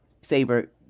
Saber